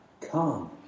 Come